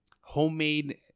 homemade